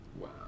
Wow